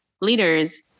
leaders